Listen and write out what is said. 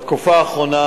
בתקופה האחרונה